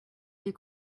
les